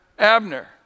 Abner